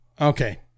okay